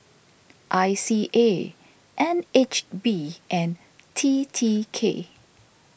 I C A N H B and T T K